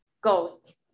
ghost